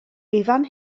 ifan